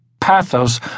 Pathos